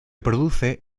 produce